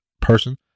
person